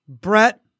Brett